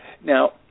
Now